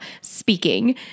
speaking